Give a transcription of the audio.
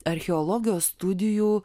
archeologijos studijų